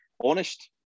Honest